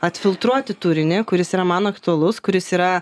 atfiltruoti turinį kuris yra man aktualus kuris yra